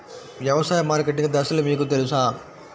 వ్యవసాయ మార్కెటింగ్ దశలు మీకు తెలుసా?